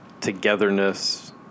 togetherness